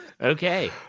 Okay